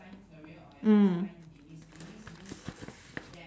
mm